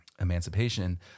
emancipation